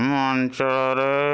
ଆମ ଅଞ୍ଚଳର